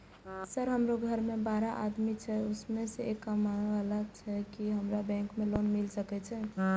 Sir हमरो घर में बारह आदमी छे उसमें एक कमाने वाला छे की हमरा बैंक से लोन मिल सके छे?